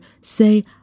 say